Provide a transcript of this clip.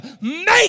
make